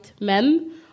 men